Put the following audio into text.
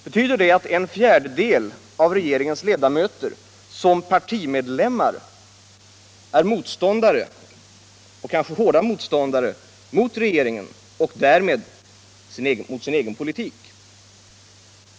Betyder det att en fjärdedel av regeringens ledamöter som partimedlemmar är motståndare — och kanske hårda motståndare — till regeringens och därmed sin egen politik?